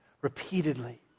repeatedly